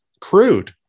crude